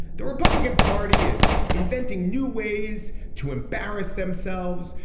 the republican party is inventing new ways to embarrass themselves.